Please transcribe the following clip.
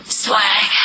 swag